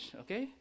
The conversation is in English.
okay